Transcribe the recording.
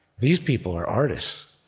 these people are artists.